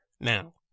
Now